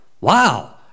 wow